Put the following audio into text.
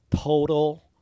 total